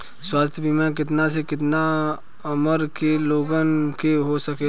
स्वास्थ्य बीमा कितना से कितना उमर के लोगन के हो सकेला?